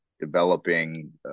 developing